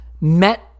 met